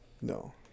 No